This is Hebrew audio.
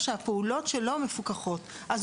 "(1)